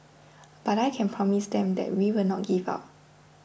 but I can promise them that we will not give up